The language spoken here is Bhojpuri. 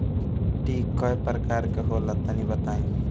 माटी कै प्रकार के होला तनि बताई?